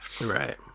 Right